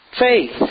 Faith